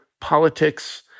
politics